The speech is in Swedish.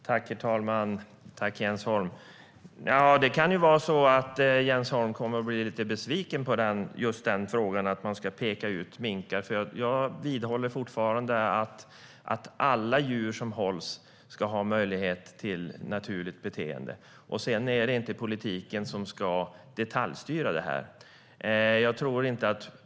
Herr talman! Jens Holm kommer nog att bli lite besviken vad gäller att peka ut just minkarna. Jag vidhåller att alla djur som hålls ska ha möjlighet till naturligt beteende men att politiken inte ska detaljstyra detta.